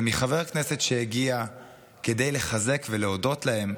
ומחבר הכנסת שהגיע כדי לחזק ולהודות להם,